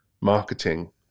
marketing